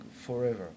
forever